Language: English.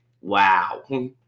wow